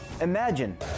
Imagine